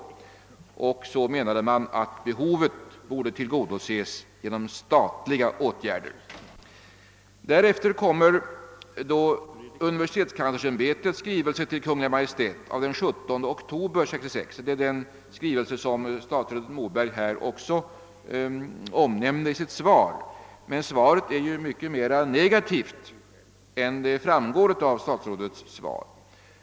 Behovet borde, menade man, tillgodoses genom statliga åtgärder. Så kommer UKäÄ:s skrivelse till Kungl. Maj:t av den 17 oktober 1966, som statsrådet Moberg också nämner i sitt svar. Men den är ju mycket mera negativ än som framgår av vad statsrådet säger.